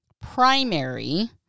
primary